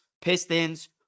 Pistons